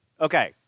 Okay